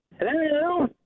Hello